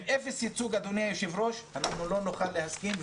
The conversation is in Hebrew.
עם אפס ייצוג, אדוני היושב-ראש, לא נוכל להסכים.